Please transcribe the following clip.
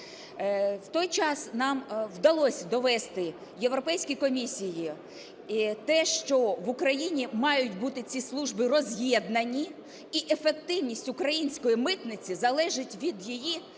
В той час нам вдалося довести Європейській комісії те, що в Україні мають бути ці служби роз'єднані і ефективність української митниці залежить від її